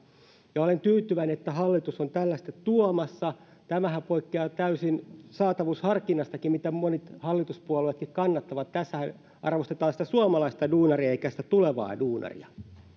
olen tyytyväinen että hallitus on tällaista tuomassa tämähän poikkeaa täysin saatavuusharkinnastakin mitä monet hallituspuolueet kannattavat tässähän arvostetaan sitä suomalaista duunaria eikä sitä tulevaa duunaria